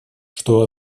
что